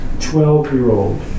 Twelve-year-old